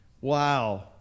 Wow